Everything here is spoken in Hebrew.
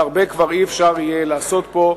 שהרבה כבר לא יהיה אפשר לעשות פה.